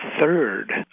third